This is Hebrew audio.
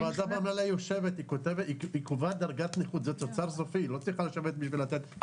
אבל הוועדה קובעת דרגת נכות היא לא צריכה לשבת בשביל לתת פטור.